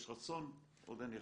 יש רצון, עוד אין יכולת.